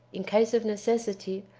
in case of necessity,